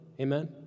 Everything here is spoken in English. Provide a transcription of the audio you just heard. Amen